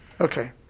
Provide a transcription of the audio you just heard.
Okay